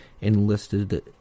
enlisted